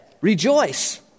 Rejoice